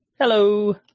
Hello